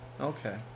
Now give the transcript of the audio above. Okay